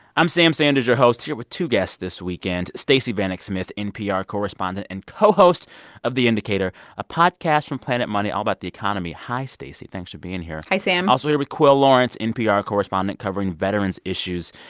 i'm sam sanders, your host, here with two guests this weekend stacey vanek smith, npr correspondent and co-host of the indicator, a podcast from planet money all about the economy. hi, stacey. thanks for being here hi, sam also here with quil lawrence, npr correspondent covering veterans' issues.